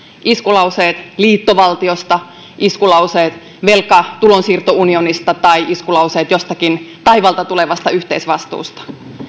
iskulauseet liittovaltiosta iskulauseet velka tulonsiirtounionista tai iskulauseet jostakin taivaalta tulevasta yhteisvastuusta